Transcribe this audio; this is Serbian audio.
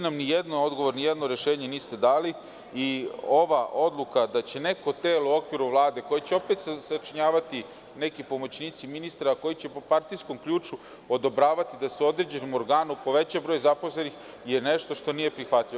Nijedan odgovor i nijedno rešenje nam niste dali i ova oduka da će neko telo u okviru Vlade, koje će opet sačinjavati pomoćnici ministra koji će po partijskom ključu odobravati određenom organu da poveća broj zaposlenih, je nešto što nije prihvatljivo.